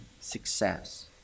success